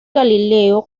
galileo